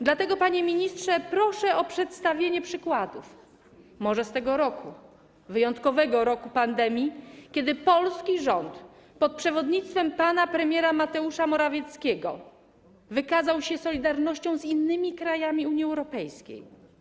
Dlatego, panie ministrze, proszę o przedstawienie przykładów, może z tego roku, wyjątkowego roku pandemii, kiedy polski rząd pod przewodnictwem pana premiera Mateusza Morawieckiego wykazał się solidarnością z innymi krajami Unii Europejskiej.